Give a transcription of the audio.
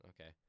okay